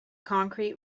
concrete